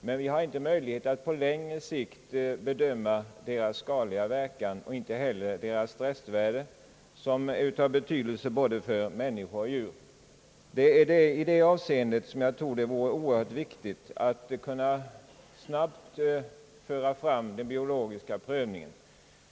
Men vi har inte möjlighet att på längre sikt bedöma deras skadliga verkningar och inte heller deras restvärde som är av betydelse för både människor och djur. Det är i det avseendet som jag tror det vore oerhört viktigt att snabbt kunna föra fram den biologiska prövningen.